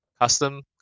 custom